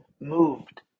Moved